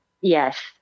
Yes